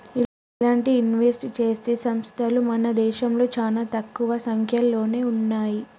ఇలాంటి ఇన్వెస్ట్ చేసే సంస్తలు మన దేశంలో చానా తక్కువ సంక్యలోనే ఉన్నయ్యి